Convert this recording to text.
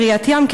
קריית-ים,